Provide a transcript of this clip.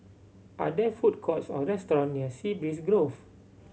are there food courts or restaurant near Sea Breeze Grove